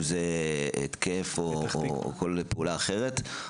אם זה התקף או כל פעולה אחרת,